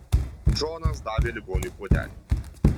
džonas davė ligoniui puodelį